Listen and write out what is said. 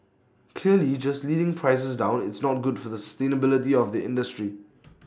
clearly just leading prices down it's not good for the sustainability of the industry